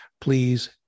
please